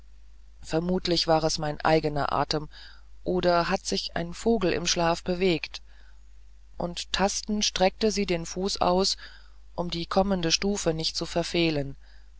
vermutlich war es mein eigener atem oder hat sich ein vogel im schlaf bewegt und tastend streckte sie den fuß aus um die kommende stufe nicht zu verfehlen